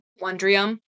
Wondrium